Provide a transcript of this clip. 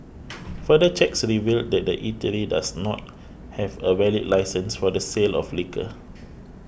further checks revealed that the eatery does not have a valid licence for the sale of liquor